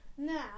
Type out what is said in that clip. Now